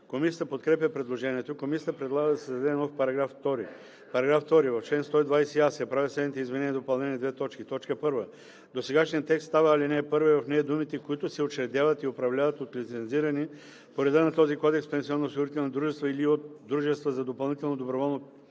Комисията подкрепя предложението. Комисията предлага да се създаде нов § 2: „§ 2. В чл. 120а се правят следните изменения и допълнения: 1. Досегашният текст става ал. 1 и в нея думите „които се учредяват и управляват от лицензирани по реда на този кодекс пенсионноосигурителни дружества или от дружества за допълнително доброволно